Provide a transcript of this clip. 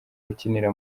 ukinira